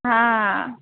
હા